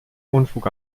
unfug